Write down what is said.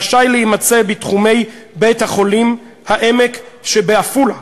רשאי להימצא בתחומי בית-החולים "העמק" שבעפולה.